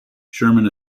sherman